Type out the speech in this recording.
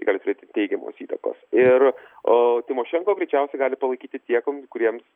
gali turėti teigiamos įtakos ir o tymošenko greičiausiai gali palaikyti tie kam kuriems